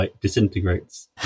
disintegrates